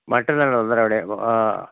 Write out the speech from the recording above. മറ്റെന്നാള് ഒന്നര മണിയാകുമ്പോള് ആ